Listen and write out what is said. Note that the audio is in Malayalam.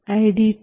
ID 0